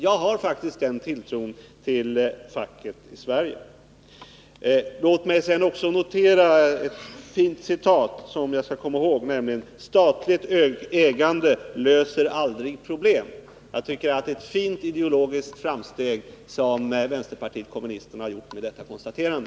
Jag har faktiskt den tilltron till facket i Sverige. Låt mig sedan notera ett fint citat, som jag skall komma ihåg: ”Statligt ägande löser aldrig problemen.” Jag tycker att det är ett fint ideologiskt framsteg som vänsterpartiet kommunisterna gjort med detta konstaterande.